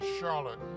Charlotte